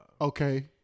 Okay